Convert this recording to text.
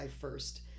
first